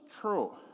true